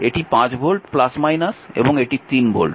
এটি 5 ভোল্ট এবং এটি 3 ভোল্ট